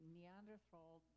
Neanderthal